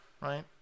right